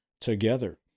together